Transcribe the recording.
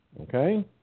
Okay